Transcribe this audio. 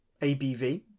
ABV